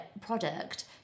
product